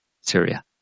Syria